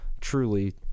truly